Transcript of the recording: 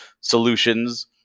solutions